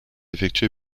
effectuée